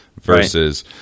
versus